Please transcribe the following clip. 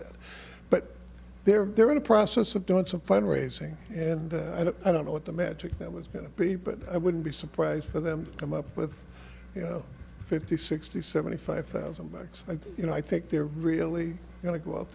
that but they're there in the process of doing some fund raising and i don't know what the magic that was going to be but i wouldn't be surprised for them to come up with you know fifty sixty seventy five thousand bucks i think you know i think they're really going to go out